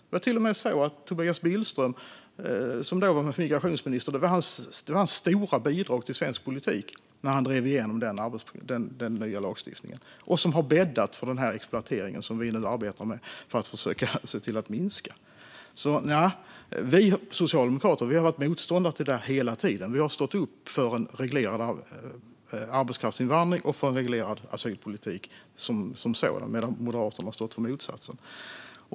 Det är till och med så att genomdrivandet av den nya lagstiftningen var dåvarande migrationsministern Tobias Billströms stora bidrag till svensk politik. Det har bäddat för den exploatering som vi nu arbetar för att försöka minska. Vi socialdemokrater har hela tiden varit motståndare till detta. Vi har stått upp för en reglerad arbetskraftsinvandring och för en reglerad asylpolitik, medan Moderaterna har stått för motsatsen.